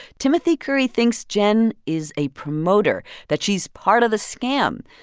timothy curry thinks jen is a promoter that she's part of the scam.